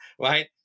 right